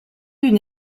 une